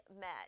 met